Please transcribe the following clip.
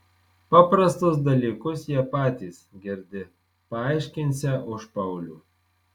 paprastus dalykus jie patys girdi paaiškinsią už paulių